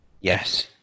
Yes